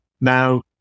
Now